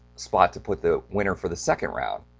spot to put the winner for the second round.